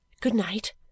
Good-night